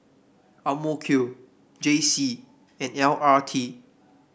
J C and L R T